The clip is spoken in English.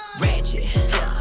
Ratchet